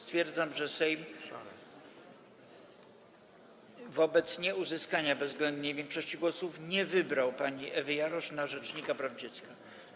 Stwierdzam, że Sejm wobec nieuzyskania bezwzględnej większości głosów nie wybrał pani Ewy Jarosz na rzecznika praw dziecka.